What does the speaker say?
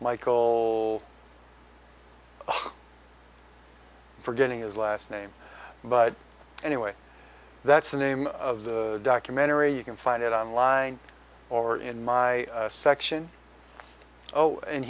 michael forgetting his last name but anyway that's the name of the documentary you can find it on line or in my section oh and